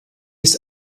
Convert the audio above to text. ist